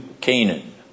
Canaan